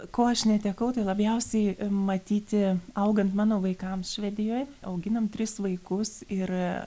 ko aš netekau tai labiausiai matyti augant mano vaikams švedijoj auginam tris vaikus ir